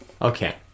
Okay